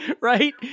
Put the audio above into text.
right